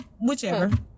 whichever